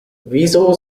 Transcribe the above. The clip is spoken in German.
wieso